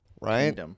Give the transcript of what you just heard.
Right